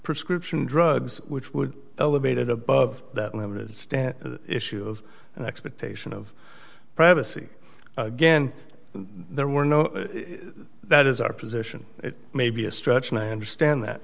prescription drugs which would elevated above that and have it stand issue of an expectation of privacy again there were no that is our position it may be a stretch and i understand that